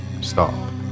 Stop